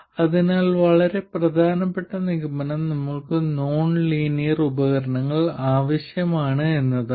അതിനാൽ വളരെ പ്രധാനപ്പെട്ട നിഗമനം നമുക്ക് നോൺ ലീനിയർ ഉപകരണങ്ങൾ ആവശ്യമാണ് എന്നതാണ്